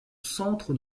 centre